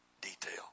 detail